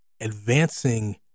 advancing